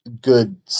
good